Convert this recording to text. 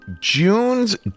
June's